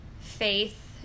faith